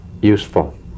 useful